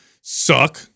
suck